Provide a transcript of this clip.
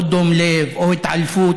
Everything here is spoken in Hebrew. או דום לב או התעלפות,